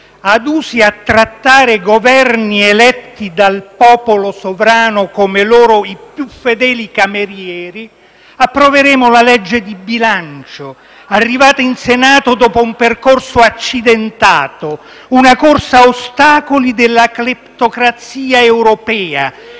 adusi a trattare Governi eletti dal popolo sovrano come i loro più fedeli camerieri, approveremo la legge di bilancio, arrivata in Senato dopo un percorso accidentato, una corsa a ostacoli della cleptocrazia europea